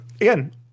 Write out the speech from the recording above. again